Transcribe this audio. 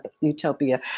utopia